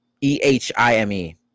E-H-I-M-E